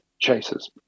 chasers